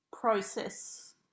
Process